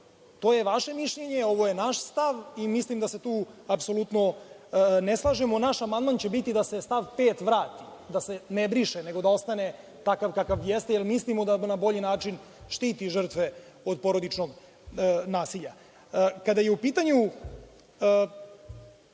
To je vaše mišljenje, ovo je naš stav i mislim da se tu apsolutno ne slažemo. Naš amandman će biti da se stav 5. vrati, da se ne briše, nego da ostane takav kakav jeste, jer mislimo da na bolji način štiti žrtve od porodičnog nasilja. Kada je u pitanju